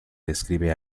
describe